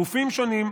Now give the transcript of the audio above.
גופים שונים,